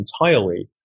entirely